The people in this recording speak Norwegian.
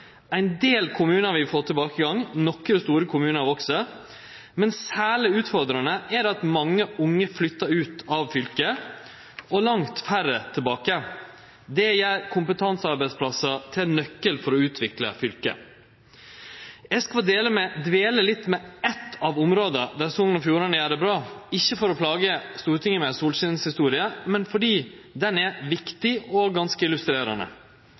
Ein del kommunar får tilbakegang, nokre store kommunar veks, men særleg utfordrande er det at mange unge flyttar ut av fylket, og få kjem tilbake. Det gjer kompetansearbeidsplassar til nøkkelen for å utvikle fylket. Eg skal dvele litt ved eit av områda der Sogn og Fjordane gjer det bra – ikkje for å plage Stortinget med solskinshistorier, men fordi ho er viktig og ganske illustrerande.